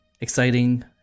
exciting